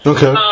Okay